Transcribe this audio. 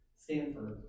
Stanford